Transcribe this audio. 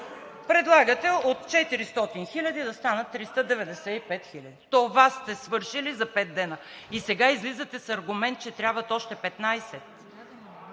Предлагате от 300 хиляди да станат 395 хиляди. Това сте свършили за пет дни. И сега излизате с аргумент, че трябват още 15.